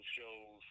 shows